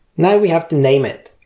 now we have to name it,